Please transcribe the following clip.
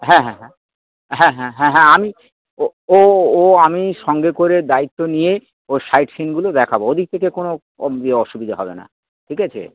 হ্যাঁ হ্যাঁ হ্যাঁ হ্যাঁ হ্যাঁ হ্যাঁ হ্যাঁ আমি ও ও ও আমি সঙ্গে করে দায়িত্ব নিয়ে ও সাইট সিনগুলো দেখাবো ওদিক থেকে কোনো অসুবিধা হবে না ঠিক আছে